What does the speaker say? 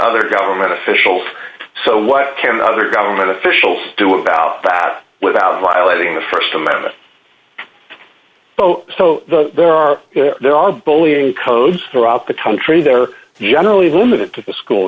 other government officials so what can other government officials do about that without violating the st amendment so there are there are bullying codes throughout the country that are generally limited to the school